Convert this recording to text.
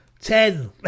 ten